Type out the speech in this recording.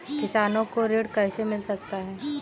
किसानों को ऋण कैसे मिल सकता है?